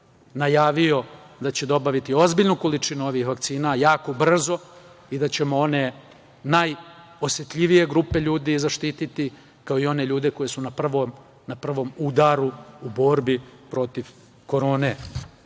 najavio da će nabaviti ozbiljnu količinu ovih vakcina jako brzo i da ćemo one najosetljivije grupe ljudi zaštititi, kao i one ljude koji su na prvom udaru u borbi protiv korone. Zbog